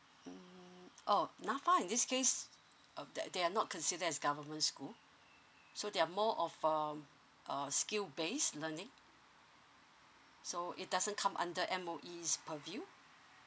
mm oh N_A_F_A in this case uh they they are not considered as government school so they are more of um a skill based learning so it doesn't come under M_O_E per view